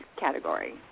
category